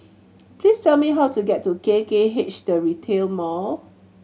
please tell me how to get to K K H The Retail Mall